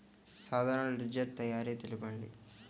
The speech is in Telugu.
సాధారణ లెడ్జెర్ తయారి తెలుపండి?